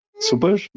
super